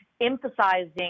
emphasizing